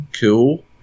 Cool